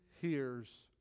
hears